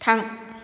थां